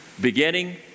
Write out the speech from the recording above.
Beginning